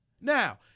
Now